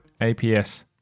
APS